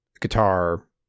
guitar